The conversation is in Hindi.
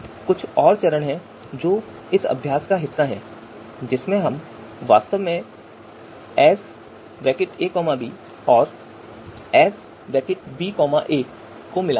कुछ और चरण हैं जो इस अभ्यास का हिस्सा हैं जिसमें हम वास्तव में Sab और Sba को मिलाते हैं